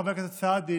חבר הכנסת סעדי,